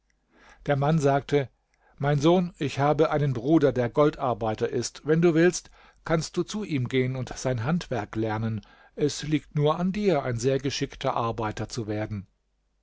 der mann sagte mein sohn ich habe einen bruder der goldarbeiter ist wenn du willst kannst du zu ihm gehen und sein handwerk lernen es liegt nur an dir ein sehr geschickter arbeiter zu werden